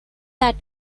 that